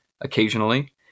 occasionally